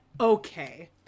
okay